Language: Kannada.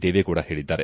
ದೇವೇಗೌಡ ಹೇಳಿದ್ದಾರೆ